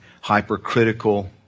hypercritical